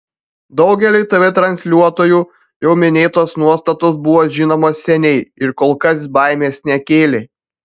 daugeliui tv transliuotojų jau minėtos nuostatos buvo žinomos seniai ir kol kas baimės nekėlė